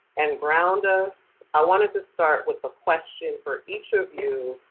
and ground us, i wanted to start with the question for each of you.